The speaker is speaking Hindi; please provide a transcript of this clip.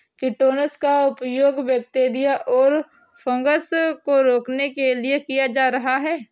किटोशन का प्रयोग बैक्टीरिया और फँगस को रोकने के लिए किया जा रहा है